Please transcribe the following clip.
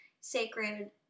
sacred